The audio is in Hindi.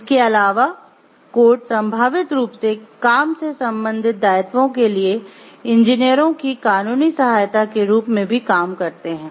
इसके अलावा कोड संभावित रूप से काम से संबंधित दायित्वों के लिए इंजीनियरों की कानूनी सहायता के रूप में भी काम करते हैं